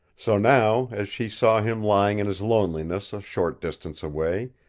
so now, as she saw him lying in his loneliness a short distance away,